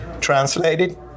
translated